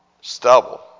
stubble